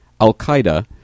Al-Qaeda